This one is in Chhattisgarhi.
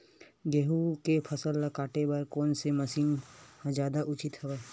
गेहूं के फसल ल काटे बर कोन से मशीन ह जादा उचित हवय?